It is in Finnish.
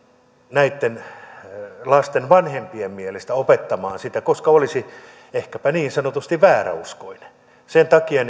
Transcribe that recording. näitten lasten vanhempien mielestä opettamaan sitä koska olisi ehkäpä niin sanotusti vääräuskoinen sen takia